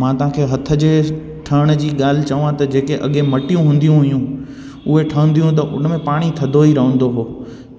मां तव्हांखे हथ जे ठहण जी ॻाल्हि चवां त जेके अॻे मटियूं हूंदी हुयूं उहा ठहंदी हुयूं मतिलबु उन में पाणी थधो ई रहंदो हुओ